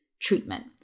Treatment